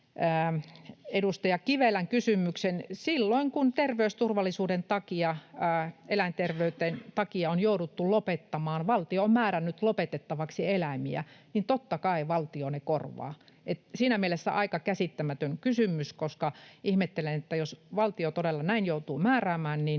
edustaja Kivelän kysymyksen. Silloin kun terveysturvallisuuden takia, eläinterveyden takia on jouduttu lopettamaan, kun valtio on määrännyt lopetettavaksi eläimiä, niin totta kai valtio ne korvaa. Siinä mielessä aika käsittämätön kysymys. Ihmettelen, että jos valtio todella näin joutuu määräämään, niin